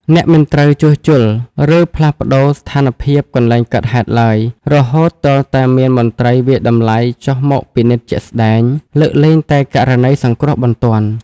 អ្នកមិនត្រូវ ជួសជុល ឬផ្លាស់ប្តូរ ស្ថានភាពកន្លែងកើតហេតុឡើយ រហូតទាល់តែមានមន្ត្រីវាយតម្លៃចុះមកពិនិត្យជាក់ស្ដែង (លើកលែងតែករណីសង្គ្រោះបន្ទាន់)។